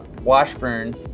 Washburn